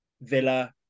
Villa